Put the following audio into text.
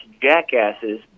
jackasses